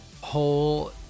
whole